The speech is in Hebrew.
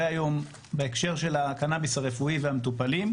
היום בהקשר של הקנאביס הרפואי והמטופלים,